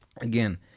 again